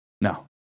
no